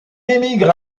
émigre